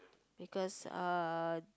because uh